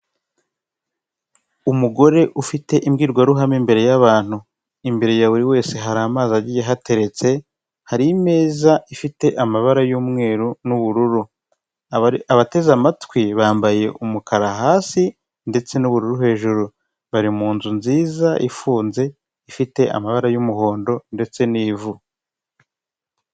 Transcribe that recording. Umugore ufite imbwirwaruhame imbere y'abantu imbere ya buri wese hari amazi agiye ahateretse, hari imeza ifite amabara y'umweru n'ubururu, abateze amatwi bambaye umukara hasi ndetse n'ubururu hejuru, bari mu nzu nziza ifunze ifite amabara y'umuhondo ndetse n'ivu.